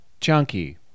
chunky